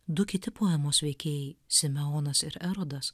du kiti poemos veikėjai simeonas ir erodas